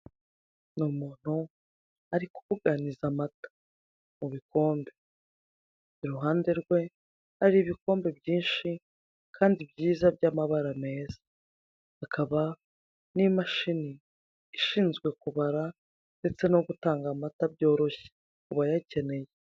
Uriya muntu ari kubuganiza amata mu bikome, iruhande rwe hari ibikombe byinshi kandi byiza by'amabara meza, hakaba n'imashini ishinzwe kubara ndetse no gutanga amata byoroshye kubayakeneye.